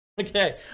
Okay